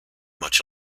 much